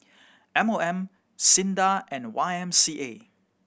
M O M SINDA and Y M C A